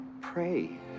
pray